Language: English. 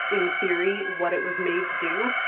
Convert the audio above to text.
in theory, what it was made to do.